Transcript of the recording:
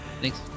Thanks